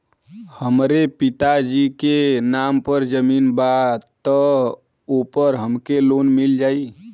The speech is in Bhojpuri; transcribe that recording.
हमरे पिता जी के नाम पर जमीन बा त ओपर हमके लोन मिल जाई?